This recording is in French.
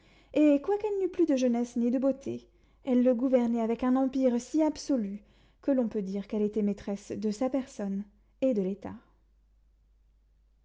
et quoiqu'elle n'eût plus de jeunesse ni de beauté elle le gouvernait avec un empire si absolu que l'on peut dire qu'elle était maîtresse de sa personne et de l'état